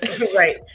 right